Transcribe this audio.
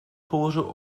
położył